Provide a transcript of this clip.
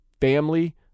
family